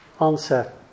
Answer